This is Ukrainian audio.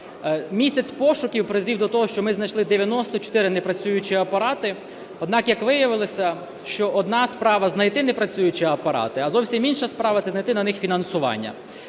Місяць пошуків призвів до того, що ми знайшли 94 непрацюючі апарати, однак, як виявилося, що одна справа знайти непрацюючі апарати, а зовсім інша справа – це знайти на них фінансування.